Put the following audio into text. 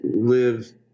live